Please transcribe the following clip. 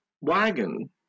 wagon